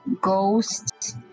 ghosts